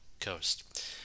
Coast